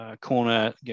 corner